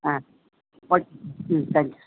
ah okay hmm thank you sir